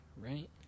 right